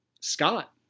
Scott